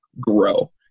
grow